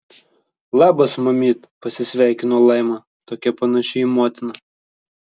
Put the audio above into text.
labas mamyt pasisveikino laima tokia panaši į motiną